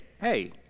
hey